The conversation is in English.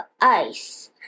ice